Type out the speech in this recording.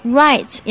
right